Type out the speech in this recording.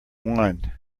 won